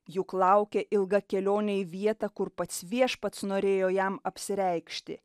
juk laukia ilga kelionė į vietą kur pats viešpats norėjo jam apsireikšti